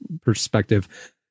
perspective